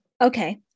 Okay